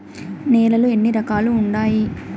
నేలలు ఎన్ని రకాలు వుండాయి?